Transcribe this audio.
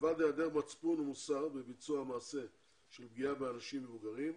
מלבד היעדר מצפון ומוסר בביצוע המעשה של פגיעה באנשים מבוגרים,